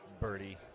birdie